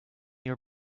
your